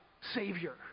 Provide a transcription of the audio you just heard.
savior